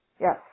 Yes